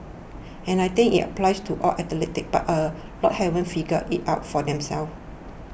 and I think it applies to all athletes but a lot haven't figured it out for themselves